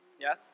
Yes